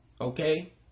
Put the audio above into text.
okay